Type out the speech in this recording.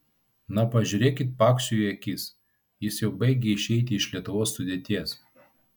na pažiūrėkit paksiui į akis jis jau baigia išeiti iš lietuvos sudėties